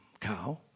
cow